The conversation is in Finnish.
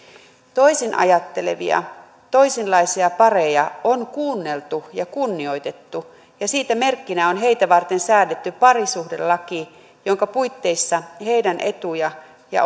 toisin ajattelevia toisenlaisia pareja on kuunneltu ja kunnioitettu ja siitä merkkinä on heitä varten säädetty parisuhdelaki jonka puitteissa heidän etujaan ja